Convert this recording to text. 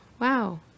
wow